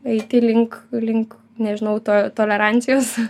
eiti link link nežinau to tolerancijos